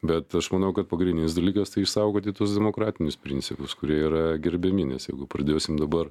bet aš manau kad pagrindinis dalykas tai išsaugoti tuos demokratinius principus kurie yra gerbiami nes jeigu pradėsim dabar